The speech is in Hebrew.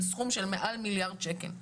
הדברים נקבעו בסופו של דבר בחקיקה בצורה מסוימת,